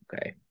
okay